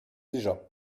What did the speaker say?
déjà